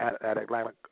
Atlantic